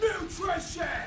Nutrition